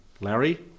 Larry